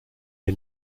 est